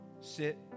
sit